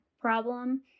problem